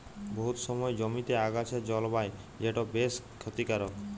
বহুত সময় জমিতে আগাছা জল্মায় যেট বেশ খ্যতিকারক